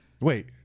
wait